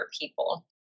people